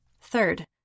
Third